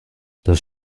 das